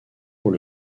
pour